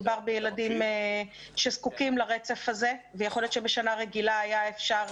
מדובר בילדים שזקוקים לרצף הזה ויכול להיות שבשנה רגילה היה אפשר